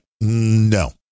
no